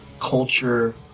culture